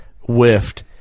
whiffed